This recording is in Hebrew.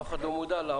אף אחד לא מודע לזה.